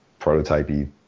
prototypey